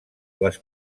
les